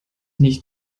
nicht